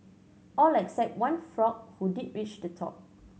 all except one frog who did reach the top